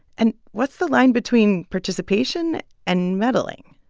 and what's the line between participation and meddling?